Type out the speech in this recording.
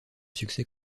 succès